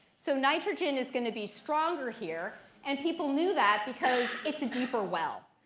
so nitrogen is going to be stronger here, and people knew that because it's a deeper well.